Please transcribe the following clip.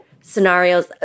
scenarios